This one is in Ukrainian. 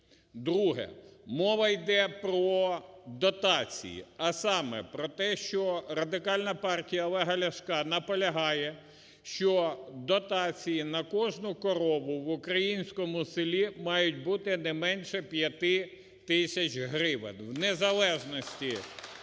Друге. Мова іде про дотації, а саме про те, що Радикальна партія Олега Ляшка наполягає, що дотації на кожну корову в українському селі мають бути неменше 5 тисяч гривень в незалежності